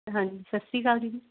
ਹਾਂਜੀ ਸਤਿ ਸ਼੍ਰੀ ਅਕਾਲ ਦੀਦੀ